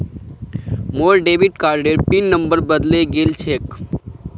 मोर डेबिट कार्डेर pin number बदले गेल छेक